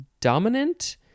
dominant